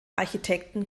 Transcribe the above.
architekten